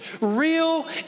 real